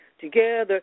Together